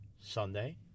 Sunday